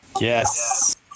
Yes